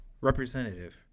Representative